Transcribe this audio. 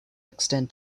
extend